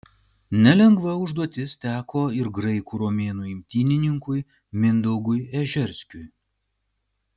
nelengva užduotis teko ir graikų romėnų imtynininkui mindaugui ežerskiui